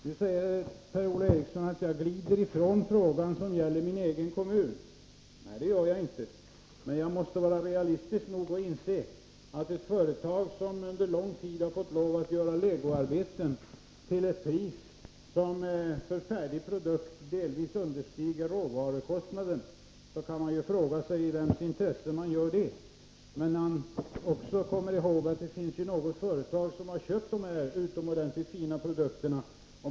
Nu säger Per-Ola Eriksson att jag glider ifrån frågan som gäller min egen kommun. Nej, det gör jag inte. Men jag måste vara realistisk nog, när ett företag under lång tid har tvingats att göra legoarbeten till ett pris som för färdig produkt delvis understiger råvarukostnaden, att ställa frågan i vems intresse man gör det. Vi bör komma ihåg att något företag har köpt dessa utomordentligt fina produkter.